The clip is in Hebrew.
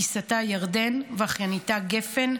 גיסתה ירדן ואחייניתה גפן.